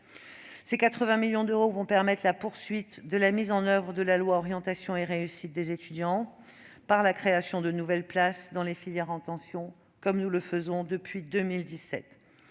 Ces 80 millions d'euros permettront de poursuivre la mise en oeuvre de la loi Orientation et réussite des étudiants, par la création de nouvelles places dans les filières en tension, à l'instar de ce que nous faisons depuis 2017.